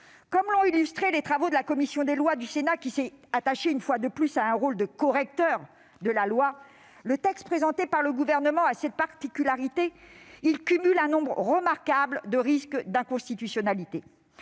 Comme l'ont illustré les travaux de la commission des lois du Sénat, qui s'est attachée une fois de plus à un rôle de correctrice de la loi, le texte présenté par le Gouvernement avait la particularité de cumuler un nombre remarquable de risques d'inconstitutionnalités.